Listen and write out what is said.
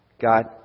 God